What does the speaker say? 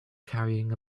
carrying